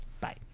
bye